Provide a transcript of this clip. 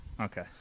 okay